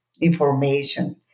information